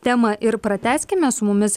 temą ir pratęskime su mumis